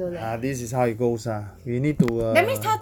ha this is how it goes lah we need to uh